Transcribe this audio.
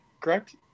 correct